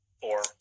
Four